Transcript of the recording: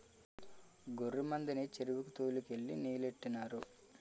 గొర్రె మందని చెరువుకి తోలు కెళ్ళి నీలెట్టినారు